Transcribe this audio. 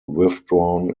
withdrawn